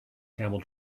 camel